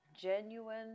genuine